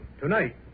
Tonight